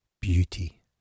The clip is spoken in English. beauty